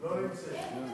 לא נמצאת.